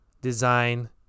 design